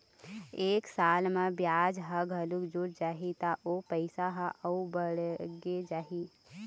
एक साल म बियाज ह घलोक जुड़ जाही त ओ पइसा ह अउ बाड़गे जाही